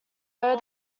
though